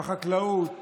בחקלאות,